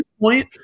point